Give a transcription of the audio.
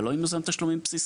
ולא עם יוזם תשלומים בסיסי?